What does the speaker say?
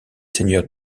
seigneurs